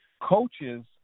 Coaches